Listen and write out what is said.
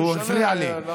הוא הפריע לי.